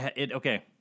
Okay